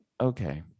okay